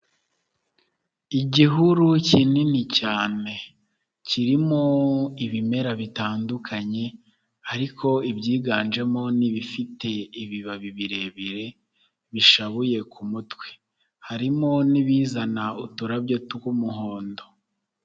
Igihuru kinini cyane, kirimo ibimera bitandukanye ariko ibyiganjemo n'ibifite ibibabi birebire bishavuye ku mutwe. Harimo n'ibizana uturarabyo tw'umuhondo.